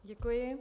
Děkuji.